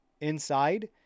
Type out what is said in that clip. inside